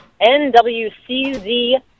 NWCZ